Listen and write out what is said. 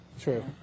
True